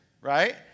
right